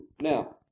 Now